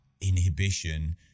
inhibition